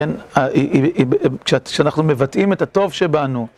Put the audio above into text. כן, כשאנחנו מבטאים את הטוב שבנו.